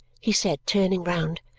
he said, turning round.